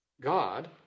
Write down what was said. God